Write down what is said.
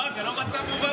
תשמע, זה לא מצב מובן.